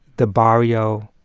the barrio,